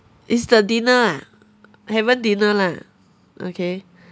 it's the dinner ah haven't dinner lah okay